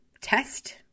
test